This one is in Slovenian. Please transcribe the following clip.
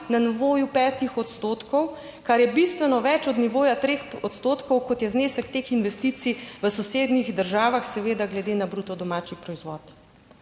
na nivoju 5 odstotkov, kar je bistveno več od nivoja 3 odstotkov, kot je znesek teh investicij v sosednjih državah, seveda glede na bruto domači proizvod.